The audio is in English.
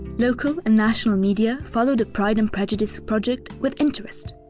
local and national media followed the pride and prejudice project with interest.